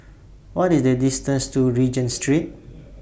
What IS The distance to Regent Street